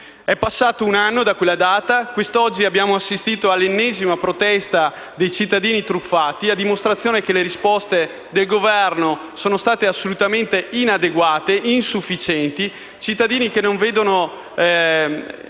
È passato un anno da quella data; quest'oggi abbiamo assistito all'ennesima protesta dei cittadini truffati, a dimostrazione che le risposte del Governo sono state assolutamente inadeguate e insufficienti. Questi cittadini non vedono